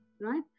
right